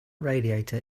radiator